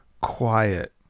Quiet